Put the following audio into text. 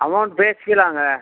amount பேசிக்கலாங்க